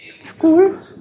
School